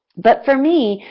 but, for me,